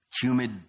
humid